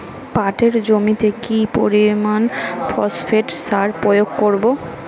পাটের জমিতে কি পরিমান ফসফেট সার প্রয়োগ করব?